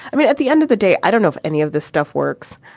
i mean, at the end of the day, i don't know if any of this stuff works,